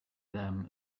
them